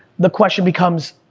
the question becomes,